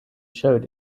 showed